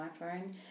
iphone